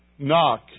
Knock